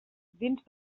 dins